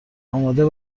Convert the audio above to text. آماده